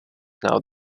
now